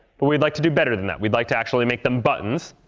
but we'd like to do better than that. we'd like to actually make them buttons.